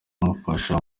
kumufasha